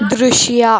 ದೃಶ್ಯ